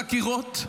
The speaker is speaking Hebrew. וחקירות,